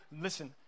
listen